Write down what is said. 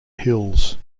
hills